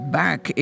back